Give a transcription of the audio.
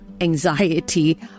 anxiety